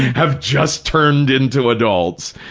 have just turned into adults,